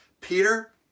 Peter